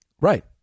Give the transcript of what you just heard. Right